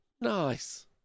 nice